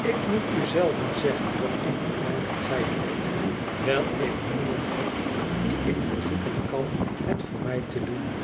ik moet u zelve zeggen wat ik verlang dat gij hoort wijl ik niemand heb wien ik verzoeken kan het voor mij te doen